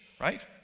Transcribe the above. right